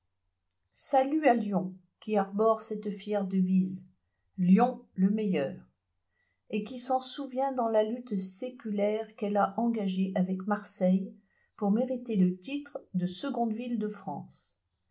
salut à lyon qui arbore cette fière devise lyon le meilleur et qui s'en souvient dans la lutte séculaire qu'elle a engagée avec marseille pour mériter le titre de seconde ville de france